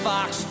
Fox